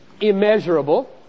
immeasurable